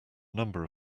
number